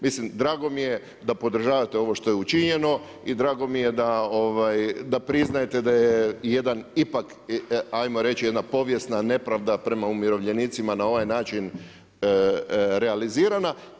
Mislim drago mi je da podržavate ovo što je učinjeno i drago mi je da priznajete da je jedan ipak ajmo reći jedna povijesna nepravda prema umirovljenicima na ovaj način realizirana.